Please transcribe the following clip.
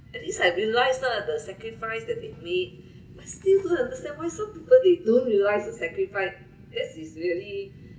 at least I realise lah the sacrifice that they made honestly don't understand why they don't realise the sacrifice this is really